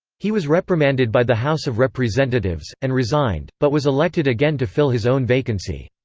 he was reprimanded by the house of representatives, and resigned, but was elected again to fill his own vacancy.